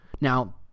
Now